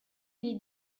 gli